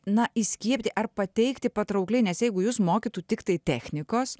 na įskiepyti ar pateikti patraukliai nes jeigu jus mokytų tiktai technikos